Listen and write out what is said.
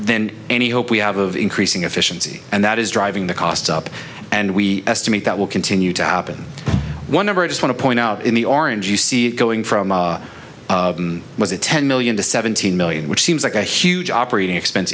than any hope we have of increasing efficiency and that is driving the costs up and we estimate that will continue to happen one of our just want to point out in the orange you see it going from was a ten million to seventeen million which seems like a huge operating expense